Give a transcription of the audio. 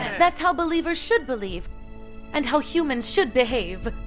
that's how believers should believe and how humans should behave.